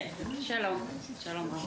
שלום רב,